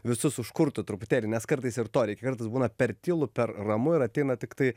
visus užkurtų truputėlį nes kartais ir to reikia kartais būna per tylu per ramu ir ateina tiktai